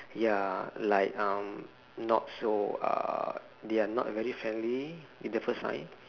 ya like um not so err they are not very friendly in the first time